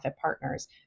partners